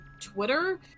twitter